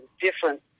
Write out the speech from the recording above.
different